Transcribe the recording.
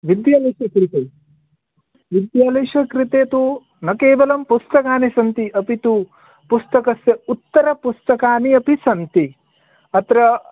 विद्यालयस्य कृते विद्यालयस्य कृते तु न केवलं पुस्तकानि सन्ति अपि तु पुस्तकस्य उत्तरपुस्तकानि अपि सन्ति अत्र